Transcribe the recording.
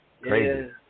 crazy